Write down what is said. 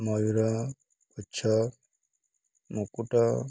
ମୟୂୁର ଗଛ ମୁକୁଟ